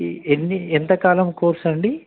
ఎన్ని ఎంతకాలం కోర్స్ అండి